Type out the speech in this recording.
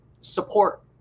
support